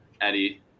Eddie